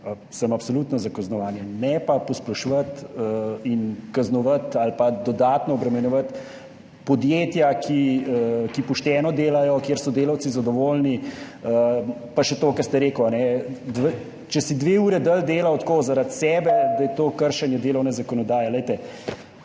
absolutno sem za kaznovanje. Ne pa posploševati in kaznovati ali pa dodatno obremenjevati podjetij, ki pošteno delajo, kjer so delavci zadovoljni. Pa še to, ko ste rekli, da če si dve uri dlje delal zaradi sebe, da je to kršenje delovne zakonodaje.